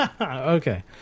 Okay